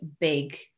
big